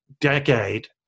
decade